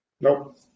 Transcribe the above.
Nope